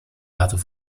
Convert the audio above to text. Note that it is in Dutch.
laten